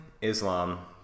Islam